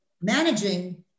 managing